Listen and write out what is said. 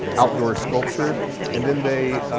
outdoor sculpture and then they